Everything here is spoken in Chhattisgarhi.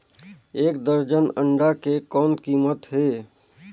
एक दर्जन अंडा के कौन कीमत हे?